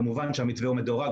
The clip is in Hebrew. כמובן שהמתווה הוא מדורג,